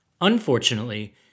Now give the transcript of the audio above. Unfortunately